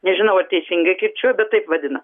nežinau ar teisingai kirčiuoju bet taip vadina